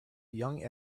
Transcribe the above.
young